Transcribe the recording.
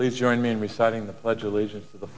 please join me in reciting the pledge allegiance to the